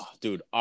Dude